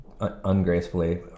ungracefully